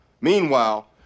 Meanwhile